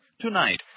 Tonight